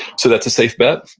so that's a safe bet.